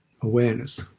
Awareness